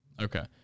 Okay